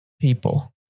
people